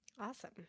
Awesome